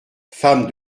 femme